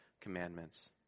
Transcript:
commandments